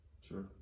Sure